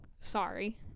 Sorry